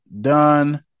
Done